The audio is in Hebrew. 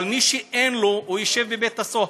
אבל מי שאין לו יושב בבית הסוהר.